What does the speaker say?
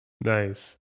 Nice